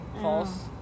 False